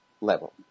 level